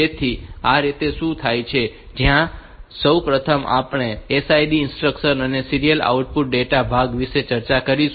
તેથી તે આ રીતે થાય છે કે જ્યાં સૌ પ્રથમ આપણે SIM ઇન્સ્ટ્રક્શન્સ અને સીરીયલ આઉટપુટ ડેટા ભાગ વિશે ચર્ચા કરીશું